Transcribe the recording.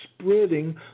spreading